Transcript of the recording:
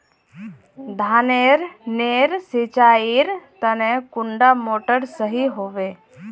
धानेर नेर सिंचाईर तने कुंडा मोटर सही होबे?